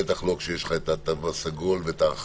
בטח לא כשיש תו סגול והרחקות.